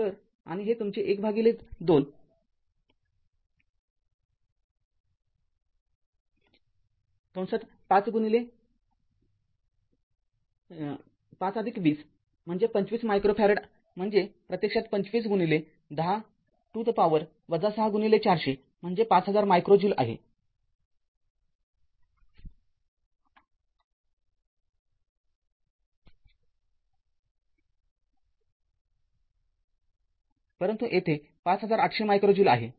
तर आणि हे तुमचे १२ म्हणजे २५ मायक्रो फॅरेड म्हणजे प्रत्यक्षात २५१० to the power ६ ४०० म्हणजे ५००० मायक्रो ज्यूल आहेपरंतु तेथे ५८०० मायक्रो ज्यूल आहे